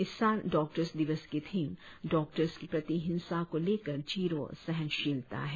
इस साल डॉक्टर्स दिवस की थीम डॉक्टर्स के प्रति हिंसा को लेकर जीरो सहनशीलता है